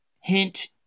Hint